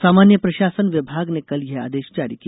सामान्य प्रशासन विभाग ने कल यह आदेश जारी किया